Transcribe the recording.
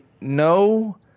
no